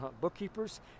bookkeepers